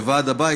וועד הבית,